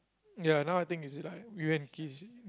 ya now I think is it like you and Kish